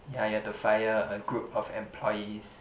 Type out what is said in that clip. ya you have to fire a group of employees